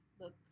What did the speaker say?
look